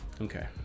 Okay